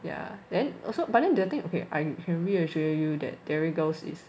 ya then also but then the thing okay I can reassure you that derry girls is